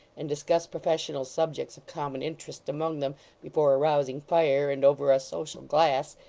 and discuss professional subjects of common interest among them before a rousing fire, and over a social glass,